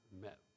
met